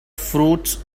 fruits